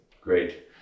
Great